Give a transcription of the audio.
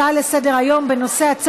הצעה לסדר-היום מס' 11570,